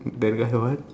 that guy what